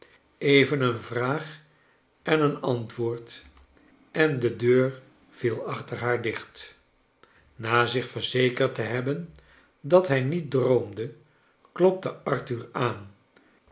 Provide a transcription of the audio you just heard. even een vraag en een antwoord en de deur viel achter haar dicht na zich verzekerd te hebben dat hij niet droomde klopte arthur aan